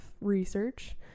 research